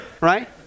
Right